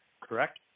Correct